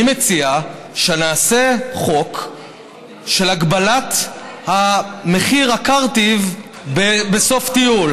אני מציע שנעשה חוק של הגבלת מחיר הקרטיב בסוף טיול.